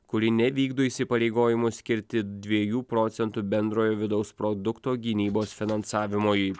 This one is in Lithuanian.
kuri nevykdo įsipareigojimo skirti dviejų procentų bendrojo vidaus produkto gynybos finansavimui